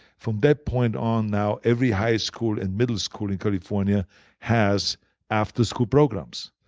from that point on now every high school and middle school in california has after school programs.